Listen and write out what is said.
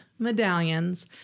medallions